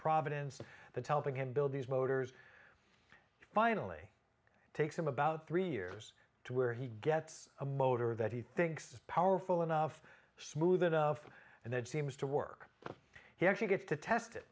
providence that helping him build these motors finally takes him about three years to where he gets a motor that he thinks is powerful enough smooth enough and then seems to work he actually gets to test it